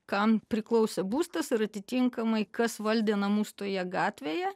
kam priklausė būstas ir atitinkamai kas valdė namus toje gatvėje